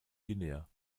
guinea